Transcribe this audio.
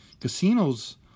casinos